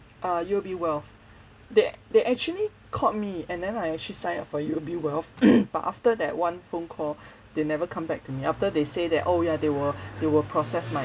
uh U_O_B wealth they they actually called me and then I actually sign up for U_O_B wealth but after that one phone call they never come back to me after they say that oh ya they will they will process my